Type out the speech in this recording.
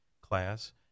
class